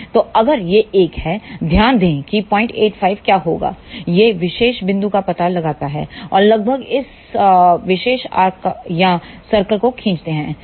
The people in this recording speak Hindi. तो अगर यह एक है ध्यान दें कि 085 क्या होगा यह विशेष बिंदु का पता लगाता है और लगभग इस विशेष आर्क या सर्कल को खींचता है